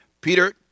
Peter